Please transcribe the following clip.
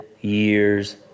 years